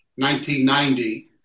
1990